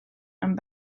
and